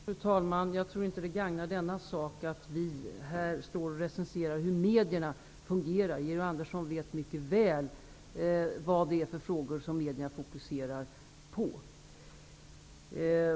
Fru talman! Jag tror inte att det gagnar denna sak att vi här recenserar hur medierna fungerar. Georg Anderson vet mycket väl vilka frågor som fokuseras i medierna.